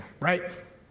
right